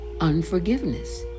unforgiveness